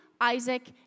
Isaac